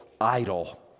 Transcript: idol